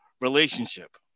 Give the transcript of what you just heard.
relationship